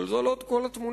אבל זו לא כל התמונה.